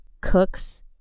cooks